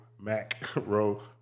macro